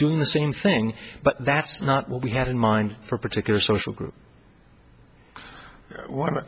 doing the same thing but that's not what we had in mind for a particular social group